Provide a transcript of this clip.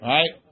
Right